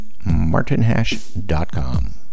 martinhash.com